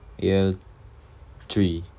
year three